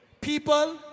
people